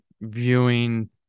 viewing